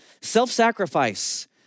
self-sacrifice